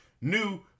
new